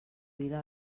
vida